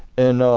and